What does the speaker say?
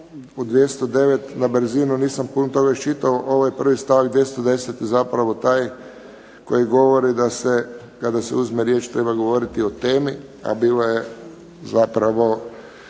u 209. na brzinu nisam puno toga iščitao, ovaj prvi stavak 210. je zapravo taj koji govori da se kada se uzme riječ treba govoriti o temi, a bilo je zapravo